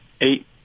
eight